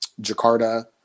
Jakarta